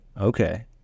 okay